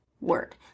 word